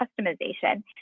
customization